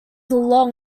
long